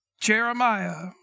Jeremiah